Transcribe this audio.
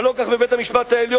אבל לא כך בבית-המשפט העליון.